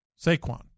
Saquon